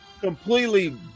completely